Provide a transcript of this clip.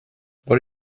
what